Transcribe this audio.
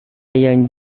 yang